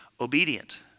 obedient